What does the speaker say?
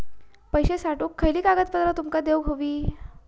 पैशे पाठवुक खयली कागदपत्रा तुमका देऊक व्हयी?